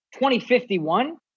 2051